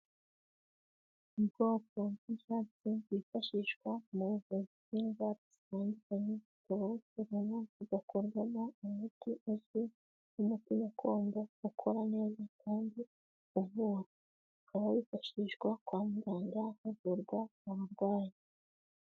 Ubwoko bw'shatsi bwifashishwa mubuvuzi bw'indwara zitandukanye bigakorwarwamo umuti uzwi umupira agomba a gukora neza kandivu ukaba wifashishwa kwa muganga havurwa abarwayi.